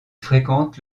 fréquente